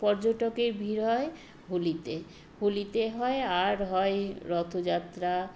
পর্যটকের ভিড় হয় হোলিতে হোলিতে হয় আর হয় রথযাত্রা